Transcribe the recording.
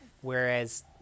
whereas